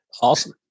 Awesome